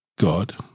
God